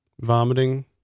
vomiting